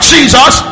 Jesus